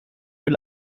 will